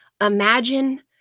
Imagine